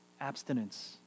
abstinence